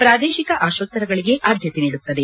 ಪ್ರಾದೇಶಿಕ ಆಕೋತ್ತರಗಳಿಗೆ ಆದ್ದತೆ ನೀಡುತ್ತದೆ